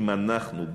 אם אנחנו,